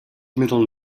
middle